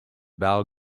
val